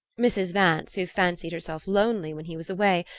mrs. vance, who fancied herself lonely when he was away,